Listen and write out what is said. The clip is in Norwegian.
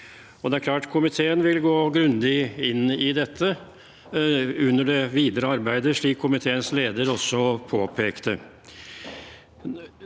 Komiteen vil gå grundig inn i dette under det videre arbeidet, slik komiteens leder også påpekte.